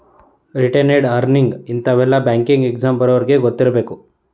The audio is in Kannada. ರಿಟೇನೆಡ್ ಅರ್ನಿಂಗ್ಸ್ ಇಂತಾವೆಲ್ಲ ಬ್ಯಾಂಕಿಂಗ್ ಎಕ್ಸಾಮ್ ಬರ್ಯೋರಿಗಿ ಗೊತ್ತಿರ್ಬೇಕು